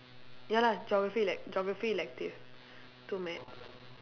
ya lah geography like geography elective two maths